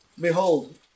Behold